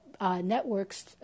networks